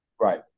Right